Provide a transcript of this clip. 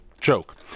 joke